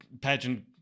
pageant